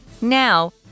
Now